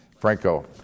Franco